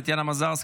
טטיאנה מזרסקי,